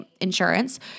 insurance